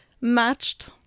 matched